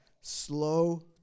slow